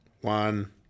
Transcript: one